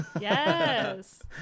yes